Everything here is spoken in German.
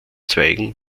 zweigen